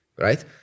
right